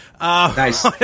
Nice